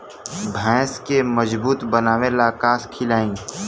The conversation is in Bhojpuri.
भैंस के मजबूत बनावे ला का खिलाई?